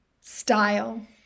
style